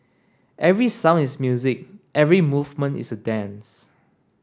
every sound is music every movement is a dance